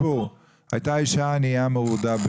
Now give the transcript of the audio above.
בעיר העתיקה בירושלים הייתה אישה ענייה מרודה .